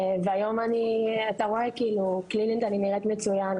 היום קלינית אני נראית מצוין,